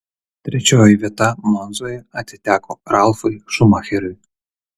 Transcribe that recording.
trečioji vieta monzoje atiteko ralfui šumacheriui